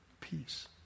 peace